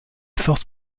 forces